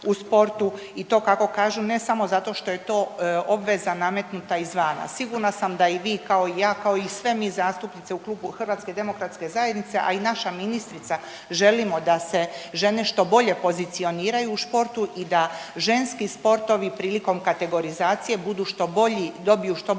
u sportu, i to kako kažu, ne samo zato što je to obveza nametnuta izvana. Sigurna sam da i vi kao i ja, kao i sve mi zastupnice u Klubu HDZ-a, a i naša ministrica želimo da se žene što bolje pozicioniraju u športu i da ženski sportovi prilikom kategorizacije budu što bolji i dobiju što bolji